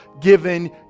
given